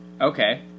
Okay